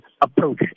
approach